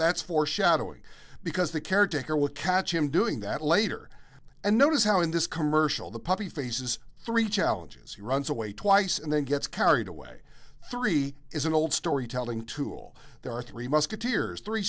that's foreshadowing because the caretaker will catch him doing that later and notice how in this commercial the puppy faces three challenges he runs away twice and then gets carried away three is an old story telling tool there are three musketeers three